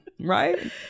Right